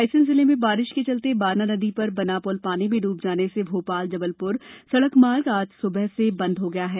रायसेन जिले में बारिश के चलते बारना नदी पर बना पुल पानी में डूब जाने से भोपाल जबलपुर सड़क मार्ग आज सुबह से बंद हो गया है